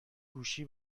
گوشی